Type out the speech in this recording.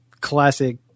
classic